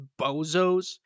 bozos